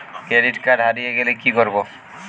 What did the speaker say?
Credit card হারিয়ে গেলে কি করব?